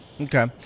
Okay